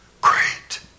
great